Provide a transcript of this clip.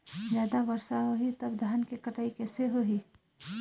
जादा वर्षा होही तब धान के कटाई कैसे होही?